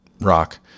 Rock